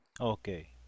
Okay